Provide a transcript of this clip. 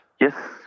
Yes